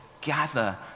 gather